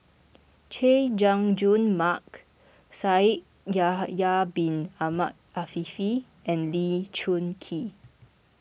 Chay Jung Jun Mark Shaikh Yahya Bin Ahmed Afifi and Lee Choon Kee